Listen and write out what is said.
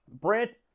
Brent